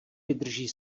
vydrží